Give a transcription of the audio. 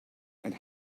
and